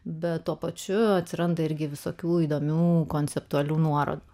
bet tuo pačiu atsiranda irgi visokių įdomių konceptualių nuorodų